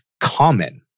common